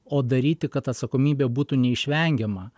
o daryti kad atsakomybė būtų neišvengiama